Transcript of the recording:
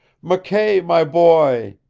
mckay, my boy!